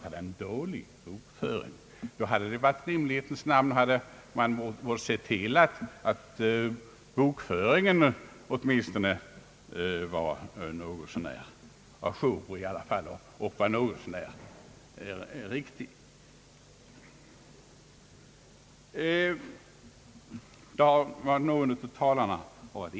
Man borde i rimlighetens namn ha sett till att åtminstone bokföringen var något så när å jour och riktig.